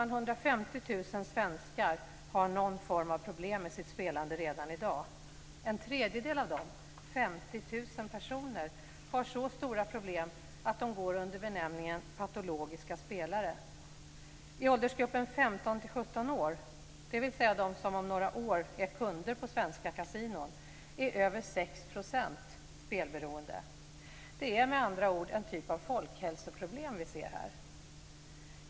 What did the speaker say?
150 000 svenskar har någon form av problem med sitt spelande redan i dag. En tredjedel av dem - 50 000 personer - har så stora problem att de går under benämningen patologiska spelare. I åldersgruppen 15-17 år, dvs. de som om några år är kunder på svenska kasinon, är över 6 % spelberoende. Med andra ord är det en typ av folkhälsoproblem som vi ser här.